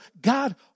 God